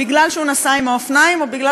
בגלל שהוא נסע עם האופניים או בגלל